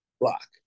Block